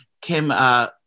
Kim